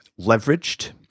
leveraged